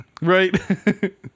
Right